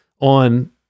on